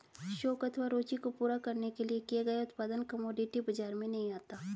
शौक अथवा रूचि को पूरा करने के लिए किया गया उत्पादन कमोडिटी बाजार में नहीं आता